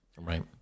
Right